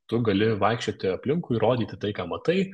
tu gali vaikščioti aplinkui rodyti tai ką matai